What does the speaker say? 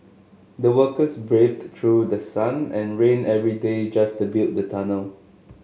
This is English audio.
the workers braved through the sun and rain every day just to build the tunnel